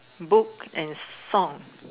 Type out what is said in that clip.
book and song